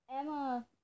Emma